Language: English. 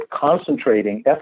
concentrating